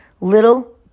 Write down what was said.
Little